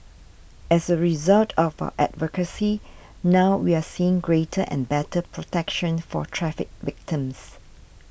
as a result of our advocacy now we're seeing greater and better protection for traffic victims